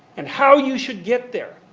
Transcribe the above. and how you should get there.